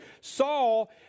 Saul